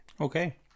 Okay